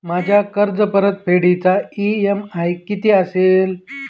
माझ्या कर्जपरतफेडीचा इ.एम.आय किती असेल?